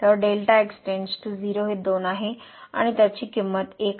तर → 0 हे 2 आहे आणि त्याची किंमत 1 आहे